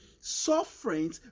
suffering